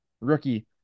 rookie